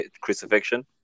crucifixion